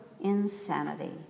insanity